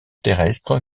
terrestre